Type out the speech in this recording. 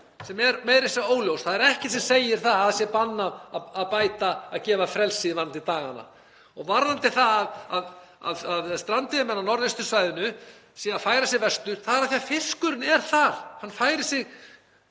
sem er meira að segja óljós. Það er ekkert sem segir að það sé bannað að gefa frelsi varðandi dagana. Og varðandi það að strandveiðimenn á norðaustursvæðinu sé að færa sig vestur þá er það af því að fiskurinn er þar, hann færir sig